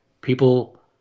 People